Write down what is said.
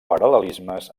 paral·lelismes